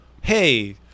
hey